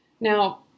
Now